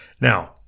Now